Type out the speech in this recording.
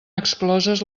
excloses